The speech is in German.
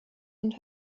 und